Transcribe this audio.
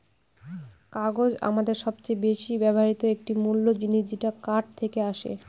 কাগজ আমাদের সবচেয়ে বেশি ব্যবহৃত একটি মূল জিনিস যেটা কাঠ থেকে আসে